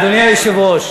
אדוני היושב-ראש,